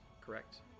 Correct